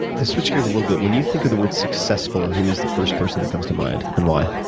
to switch gears a little bit, when you think of the word successful, who's the first person who comes to mind and why?